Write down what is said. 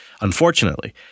unfortunately